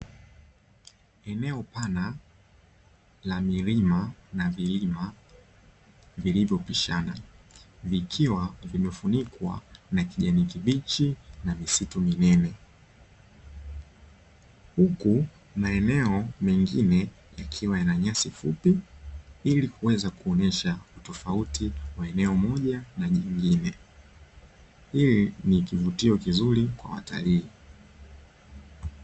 Eneo pana la milima na vilima vilivyopishana vikiwa vimefunikwa na kijani kibichi na misitu minene. Huku maeneo mengine yakiwa yana nyasi fupi ili kuweza kuonesha utofauti wa eneo moja na jingine. Hii ni kivutio kizuri kwa watalii.